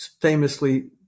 famously